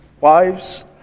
wives